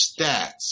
stats